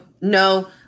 no